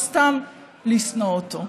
או סתם לשנוא אותו.